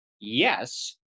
Yes